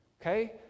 Okay